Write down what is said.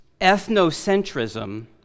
ethnocentrism